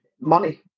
money